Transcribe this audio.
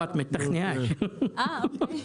טוב,